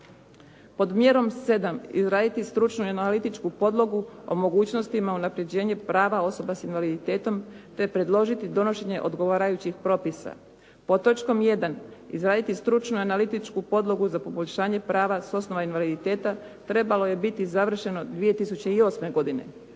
Pod mjerom 7.-izraditi stručnu i analitičku podlogu o mogućnostima unapređenja prava osoba s invaliditetom, te predložiti donošenje odgovarajućih propisa. Pod točkom 1.-izraditi stručnu i analitičku podlogu za poboljšanje prava s osnova invaliditeta trebalo je biti završeno 2008. godine.